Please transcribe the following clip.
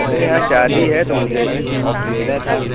ارے یہاں شادی ہے تو مجھے لینا تھا